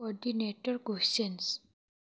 coordinator questions